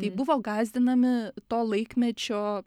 tai buvo gąsdinami to laikmečio